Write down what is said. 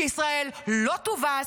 שישראל לא תובס,